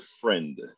friend